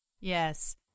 Yes